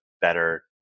better